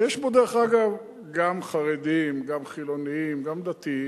שיש בו, דרך אגב, גם חרדים, גם חילונים, גם דתיים,